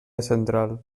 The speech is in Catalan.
central